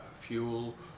fuel